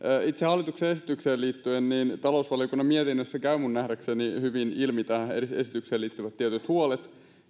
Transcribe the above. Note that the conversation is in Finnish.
itse hallituksen esitykseen liittyen talousvaliokunnan mietinnöstä käyvät minun nähdäkseni hyvin ilmi tähän esitykseen liittyvät tietyt huolet